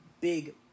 big